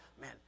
man